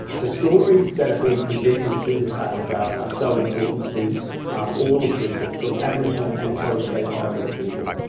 the stories that are being presented through this art trail are so important to all of brisbane from aboriginal and torres strait islander and people.